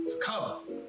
Come